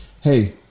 Hey